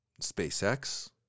SpaceX